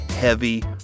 heavy